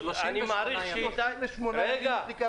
הוא חיכה